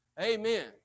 Amen